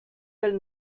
del